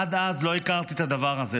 עד אז לא הכרתי את הדבר הזה.